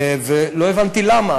ולא הבנתי למה.